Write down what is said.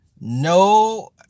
No